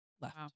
left